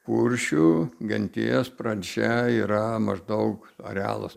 kuršių genties pradžia yra maždaug arealas